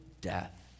death